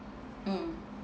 mm